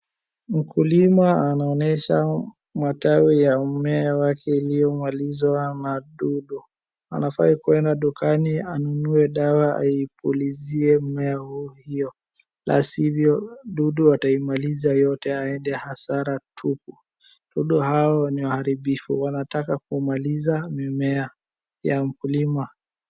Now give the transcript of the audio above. Mkulima anaonyesha matawi ya mmea wake uliomalizwa na dudu anafai kwenda dukani anunue dawa iupulizie mmea hiyo la si hivyo wadudu wataimaliza yote aende hasara tupu. Wadudu hao ni waharibifu wnataka kumaliza mimea ya mkulima.